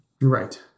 Right